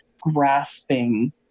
grasping